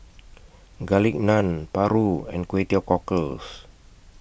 Garlic Naan Paru and Kway Teow Cockles